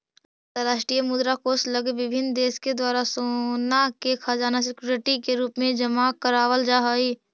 अंतरराष्ट्रीय मुद्रा कोष लगी विभिन्न देश के द्वारा सोना के खजाना सिक्योरिटी के रूप में जमा करावल जा हई